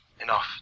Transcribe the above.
enough